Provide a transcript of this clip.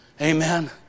Amen